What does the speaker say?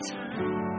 time